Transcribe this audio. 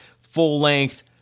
full-length